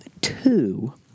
two